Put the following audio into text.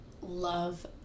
love